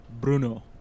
Bruno